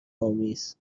آمیز